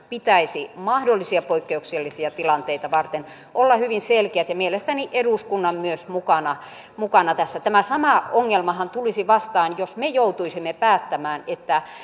pitäisi mahdollisia poikkeuksellisia tilanteita varten olla hyvin selkeät ja mielestäni eduskunnan myös mukana mukana tässä tämä sama ongelmahan tulisi vastaan jos me joutuisimme päättämään että